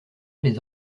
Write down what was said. les